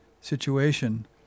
situation